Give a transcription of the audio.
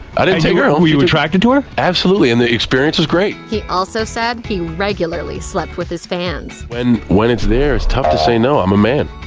i didn't take her home, were you attracted to her? absolutely, and the experience was great! he also said he regularly slept with his fans. when when it's there, it's hard to say no. i'm a man.